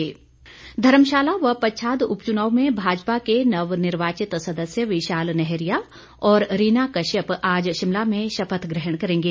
शपथ धर्मशाला व पच्छाद उपच्नाव में भाजपा के नवनिर्वाचित सदस्य विशाल नैहरिया और रीना कश्यप आज शिमला में शपथ ग्रहण करेंगे